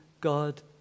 God